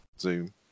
zoom